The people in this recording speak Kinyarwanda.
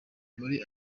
muri